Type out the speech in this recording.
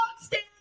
stand